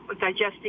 digesting